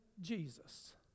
Jesus